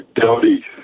Dowdy